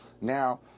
now